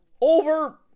over